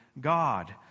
God